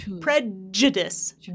Prejudice